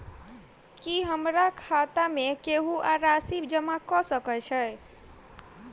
की हमरा खाता मे केहू आ राशि जमा कऽ सकय छई?